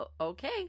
Okay